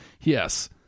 yes